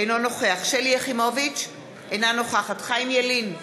אינו נוכח שלי יחימוביץ, אינה נוכחת חיים ילין,